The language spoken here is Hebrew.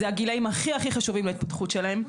זה הגילאים הכי הכי חשובים להתפתחות שלהם.